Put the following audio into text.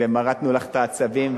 מרטנו לך את העצבים,